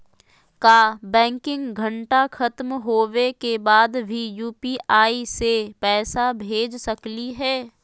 का बैंकिंग घंटा खत्म होवे के बाद भी यू.पी.आई से पैसा भेज सकली हे?